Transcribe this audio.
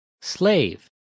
Slave